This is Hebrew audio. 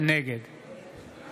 נגד